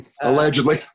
Allegedly